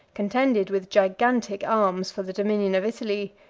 contended with gigantic arms for the dominion of italy,